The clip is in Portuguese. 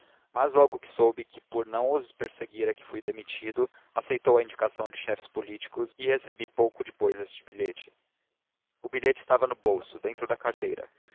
mas logo que soube que por não os perseguir é que fui demitido aceitou a indicação de chefes políticos e recebi pouco depois este bilhete o bilhete estava no bolso dentro da carteira